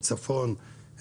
צפון,